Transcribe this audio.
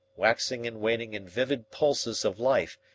waxing and waning in vivid pulses of life,